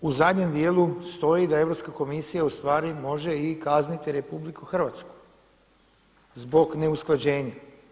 U zadnjem dijelu stoji da Europska komisija ustvari može i kazniti RH zbog neusklađenja.